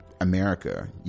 America